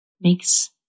makes